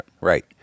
Right